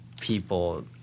people